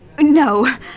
No